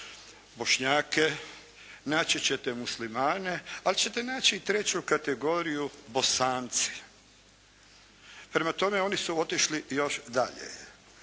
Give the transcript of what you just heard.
Bošnjake, naći ćete Muslimane ali ćete naći treću kategoriju Bosanci. Prema tome oni su otišli još dalje.